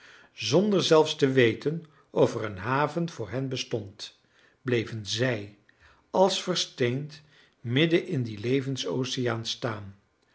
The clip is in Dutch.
zonder zelfs te weten of er een haven voor hen bestond bleven zij als versteend midden in dien levensoceaan staan